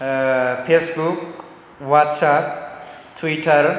Facebook WhatsApp twitter